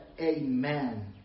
amen